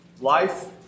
Life